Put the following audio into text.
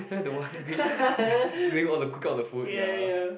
the one doing doing all the cooking of the food ya